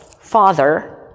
Father